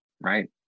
Right